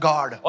God